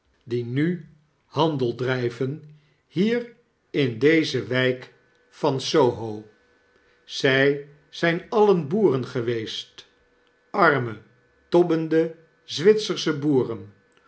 die nu handel drijven hier in deze wijk van s o h o zij zijn alien boeren geweest arme tobbende zwitsersche boeren